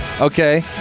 okay